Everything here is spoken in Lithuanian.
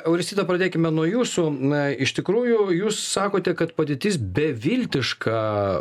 euristida pradėkime nuo jūsų na iš tikrųjų jūs sakote kad padėtis beviltiška